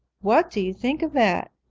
what do you think of that?